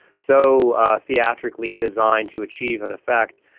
so theatrically designed to achieve an effect,